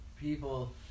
people